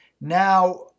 Now